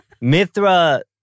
Mithra